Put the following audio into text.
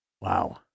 Wow